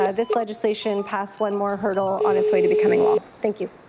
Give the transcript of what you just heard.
ah this legislation pass one more hurdle on its way to becoming law. thank you.